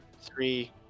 three